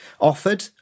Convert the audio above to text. offered